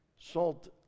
salt